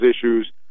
issues